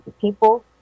people